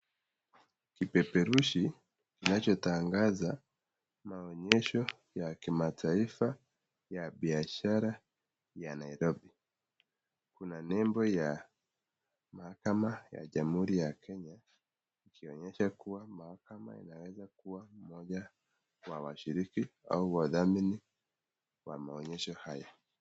Kipeperushi kinachotangaza maonyesho ya kimataifa ya biashara ya Nairobi. Kuna nembo ya mahakama ya Jamhuri ya Kenya ikionyesha kuwa mahakama inaweza kuwa mmoja wa washiriki au wathamini wa maonyesho haya.